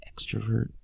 extrovert